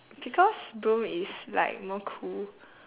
because broom is like more cool